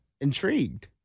intrigued